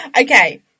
Okay